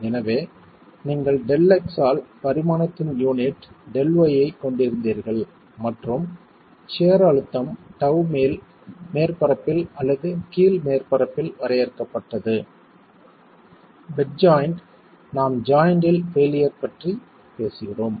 எனவே நீங்கள் Δx ஆல் பரிமாணத்தின் யூனிட் Δy ஐக் கொண்டிருந்தீர்கள் மற்றும் சியர் அழுத்தம் τ மேல் மேற்பரப்பில் அல்லது கீழ் மேற்பரப்பில் வரையறுக்கப்பட்டது பெட் ஜாய்ண்ட் நாம் ஜாய்ண்ட்ட்டில் பெயிலியர் பற்றி பேசுகிறோம்